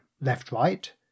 left-right